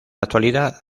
actualidad